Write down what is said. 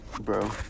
Bro